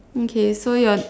okay so your